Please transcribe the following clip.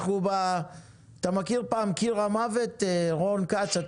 אנחנו מכיר פעם היה "קיר המוות" רון כץ?